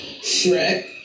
Shrek